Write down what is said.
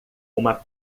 uma